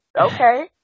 Okay